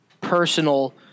personal